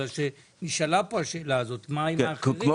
בגלל שנשאלה פה השאלה הזאת מה עם האחרים?